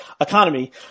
economy